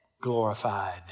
glorified